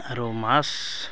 আৰু মাছ